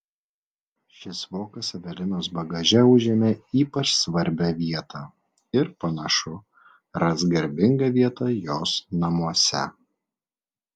šis vokas evelinos bagaže užėmė ypač svarbią vietą ir panašu ras garbingą vietą jos namuose